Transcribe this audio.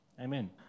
Amen